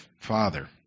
father